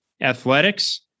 athletics